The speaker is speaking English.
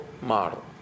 model